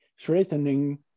threatening